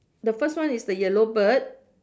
the first one is the yellow bird